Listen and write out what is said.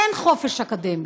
אין חופש אקדמי.